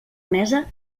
mesa